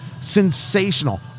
sensational